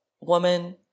woman